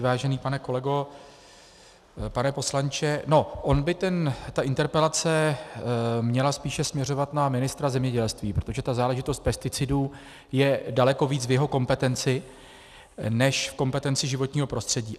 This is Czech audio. Vážený pane kolego, pane poslanče, no ona by ta interpelace měla spíše směřovat na ministra zemědělství, protože záležitost pesticidů je daleko víc v jeho kompetenci než v kompetenci životního prostředí.